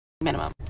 minimum